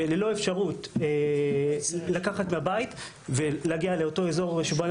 ללא אפשרות לקחת לבית ולהגיע לאותו אזור שבו אני